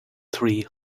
three